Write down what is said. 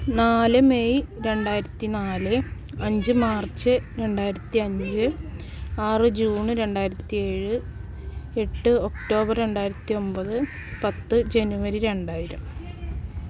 നാല് മെയ് രണ്ടായിരത്തി നാല് അഞ്ച് മാർച്ച് രണ്ടായിരത്തിയഞ്ച് ആറ് ജൂൺ രണ്ടായിരത്തി ഏഴ് എട്ട് ഒക്ടോബർ രണ്ടായിരത്തി ഒമ്പത് പത്ത് ജനുവരി രണ്ടായിരം